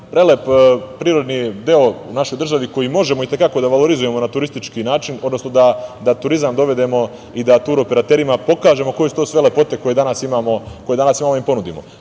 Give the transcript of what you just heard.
prelep prirodni deo u našoj državi koji možemo i te kako da valorizujemo rna turistički način, odnosno da turizam dovedemo i da tur operaterima pokažemo koje su sve to lepote koje danas imamo da im ponudimo. To